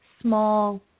small